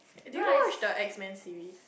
do you watch the X Men series